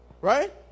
Right